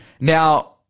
now